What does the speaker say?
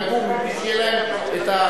לגור מבלי שיהיו להם השירותים,